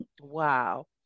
Wow